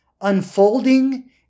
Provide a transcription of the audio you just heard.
unfolding